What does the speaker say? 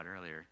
earlier